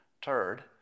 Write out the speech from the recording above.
turd